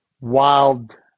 wild